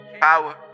power